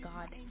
God